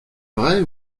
vrai